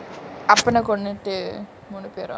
அப்பன கொன்னுடு மூனு பேரு:appana konnutu moonu peru